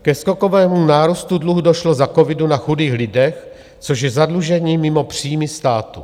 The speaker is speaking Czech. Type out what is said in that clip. Ke skokovému nárůstu dluhu došlo za covidu na chudých lidech, což je zadlužení mimo příjmy státu.